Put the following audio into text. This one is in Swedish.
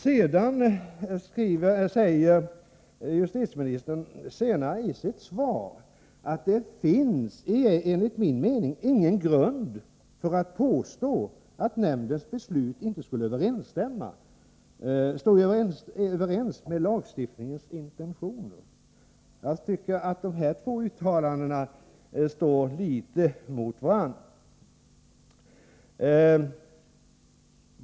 Vidare säger justitieministern i svaret: ”Det finns enligt min mening ingen grund för att påstå att nämndens beslut inte skulle stämma överens med lagstiftningens intentioner.” De båda uttalanden som jag nyss citerat ur svaret motsäger i viss mån varandra.